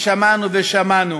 ושמענו ושמענו,